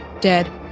dead